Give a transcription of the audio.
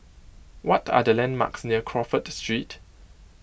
what are the landmarks near Crawford Street